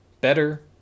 Better